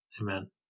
Amen